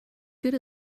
good